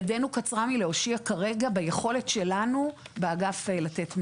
ידנו קצרה מלהושיע כרגע ביכולת שלנו באגף לתת מענה.